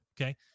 Okay